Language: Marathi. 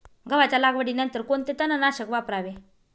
गव्हाच्या लागवडीनंतर कोणते तणनाशक वापरावे?